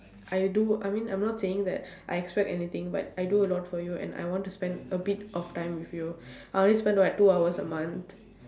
I do I mean I'm not saying that I expect anything but I do a lot for you and I want to spend a bit of time with you I only spend like two hours a month